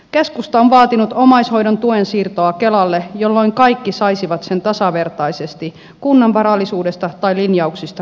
keskusta on vaatinut omaishoidon tuen siirtoa kelalle jolloin kaikki saisivat sen tasavertaisesti kunnan varallisuudesta tai linjauksista riippumatta